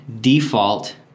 default